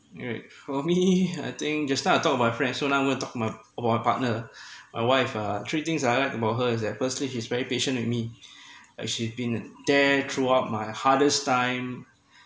anyway for me I think just now I talked about friend so now I'm going to talk of my about my partner my wife uh three things I like about her is that firstly she's very patient with me like she've there throughout my hardest time